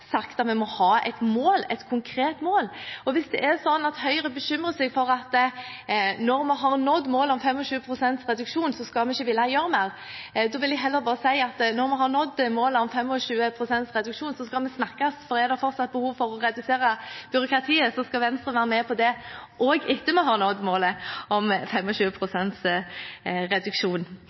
nådd målet om 25 pst. reduksjon, ikke skal ville gjøre mer, vil jeg heller bare si at når vi har nådd målet om 25 pst. reduksjon, skal vi snakkes. Er det fortsatt behov for å redusere byråkratiet, skal Venstre være med på det også etter at vi har nådd målet om 25 pst. reduksjon.